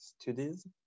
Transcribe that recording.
studies